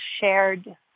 shared